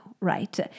right